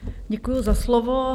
Děkuji za slovo.